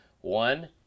One